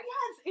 Yes